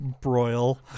broil